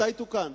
מתי תוקן?